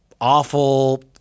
awful